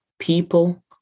people